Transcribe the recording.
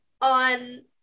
on